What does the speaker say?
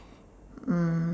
mm